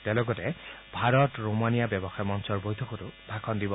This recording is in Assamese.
তেওঁ লগতে ভাৰত ৰোমানিয়া ব্যৱসায় মঞ্চৰ বৈঠকতো ভাষণ দিব